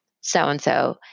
so-and-so